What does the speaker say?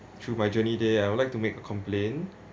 through my journey day I would like to make a complain